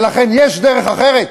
ולכן, יש דרך אחרת.